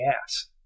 Gas